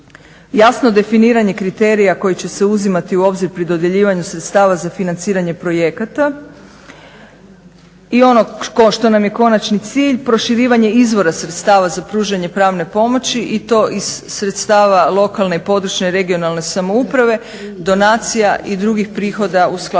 Jasno definiranje kriterija koji će se uzimati u obzir pri dodjeljivanju sredstava za financiranje projekata i ono što nam je konačni cilj proširivanje izvora sredstava za pružanje pravne pomoći i to iz sredstava lokalne i područne (regionalne) samouprave, donacija i drugih prihoda u skladu